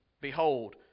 Behold